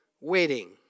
waiting